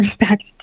respect